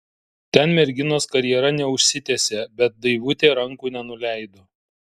ten merginos karjera neužsitęsė bet daivutė rankų nenuleido